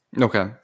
Okay